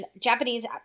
Japanese